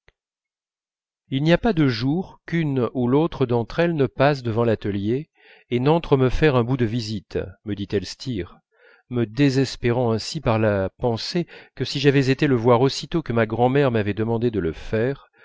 il n'y a pas de jour qu'une ou l'autre d'entre elles ne passe devant l'atelier et n'entre me faire un bout de visite me dit elstir me désespérant aussi par la pensée que si j'avais été le voir aussitôt que ma grand'mère m'avait demandé de le faire